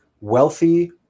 wealthy